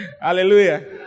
Hallelujah